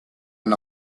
and